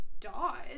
dodge